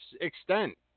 extent